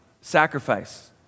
sacrifice